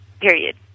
Period